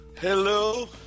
Hello